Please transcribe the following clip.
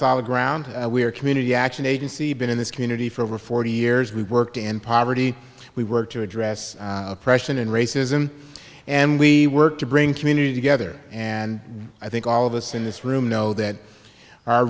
solid ground we are community action agency been in this community for over forty years we work to end poverty we work to address oppression and racism and we work to bring community together and i think all of us in this room know that our